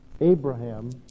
Abraham